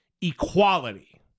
equality